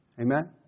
Amen